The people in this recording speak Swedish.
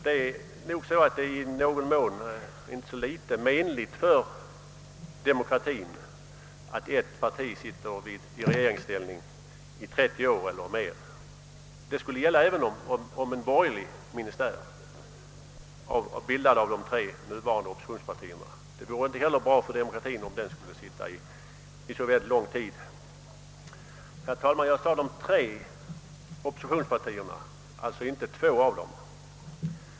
Det är troligen inte så litet menligt för demokratien att ett parti sitter i regeringsställning i 30 år eller mera. Detta skulle även gälla om en borgerlig ministär bildad av de nuvarande tre borgerliga partierna. Herr talman! Jag sade de tre oppositionspartierna, alltså inte två av dem.